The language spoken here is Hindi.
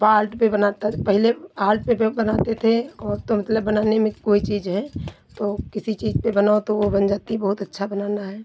बाल्ट पे बनाता पहिले आल्ट पे पे बनाते थे और तो मतलब बनाने में कोई चीज़ है तो किसी चीज़ पे बनाओ तो वो बन जाती है बहुत अच्छा बनाना है